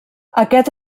aquest